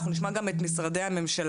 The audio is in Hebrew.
אנחנו נשמע גם את משרדי הממשלה.